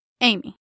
Amy